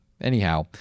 Anyhow